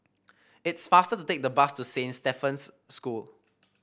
it's faster to take the bus to Saint Stephen's School